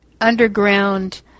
underground